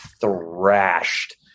thrashed